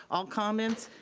all comments,